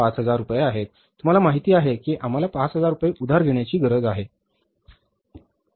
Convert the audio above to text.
5000 रुपये तुम्हाला माहिती आहे की आम्हाला 5000 रुपये उधार घेण्याची गरज आहे